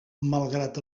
malgrat